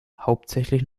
hauptsächlich